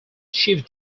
chief